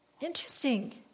Interesting